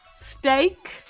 steak